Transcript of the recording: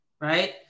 Right